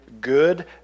good